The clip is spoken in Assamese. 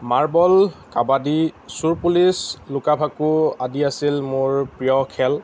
মাৰ্বল কাবাডী চোৰ পুলিচ লুকা ভাকু আদি আছিল মোৰ প্ৰিয় খেল